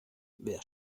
wer